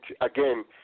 again